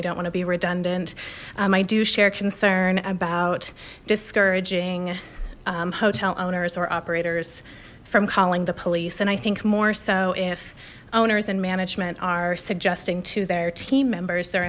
i don't want to be redundant i do share concern about discouraging hotel owners or operators from calling the police and i think more so if owners and management are suggesting to their team members their